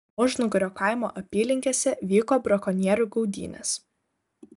ožnugario kaimo apylinkėse vyko brakonierių gaudynės